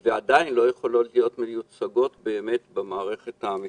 אבל הן עדיין לא יכולות להיות מיוצגות באמת במערכת המשפטית.